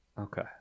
Okay